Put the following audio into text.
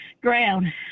ground